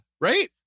right